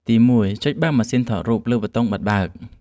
ទី1 ចុចបើកម៉ាស៊ីនថតរូប លើប៊ូតុងបិទនិងបើក។